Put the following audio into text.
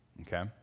Okay